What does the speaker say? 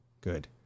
Good